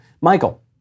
Michael